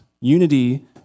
unity